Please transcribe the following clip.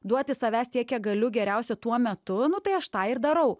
duoti savęs tiek kiek galiu geriausia tuo metu nu tai aš tą ir darau